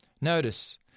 Notice